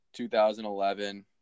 2011